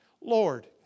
Lord